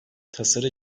tasarı